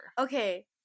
okay